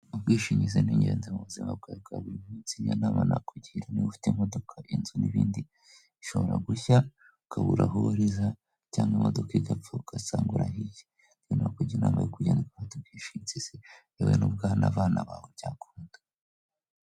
Ubwishingizi ni ingenzi mu buzima bwawe bwa buri munsi niyo nama nakugira niba ufite imodoka, inzu, n'ibindi. Ishobora gushya ukabura aho ubariza cyangwa imodoka igapfa ugasanga urahiye. Rero nakugira inama yo kujya gufata ubwishingizi, yewe n'ubwabana bawe byakunda.